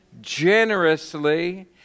generously